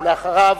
ואחריו,